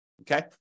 okay